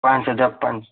પાંચ હજાર પણ